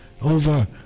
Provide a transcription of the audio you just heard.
over